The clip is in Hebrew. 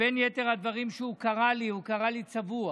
ובין יתר הדברים שהוא קרא לי, הוא קרא לי צבוע.